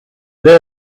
they